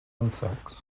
insects